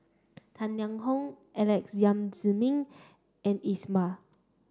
Tang Liang Hong Alex Yam Ziming and Iqbal